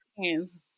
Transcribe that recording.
hands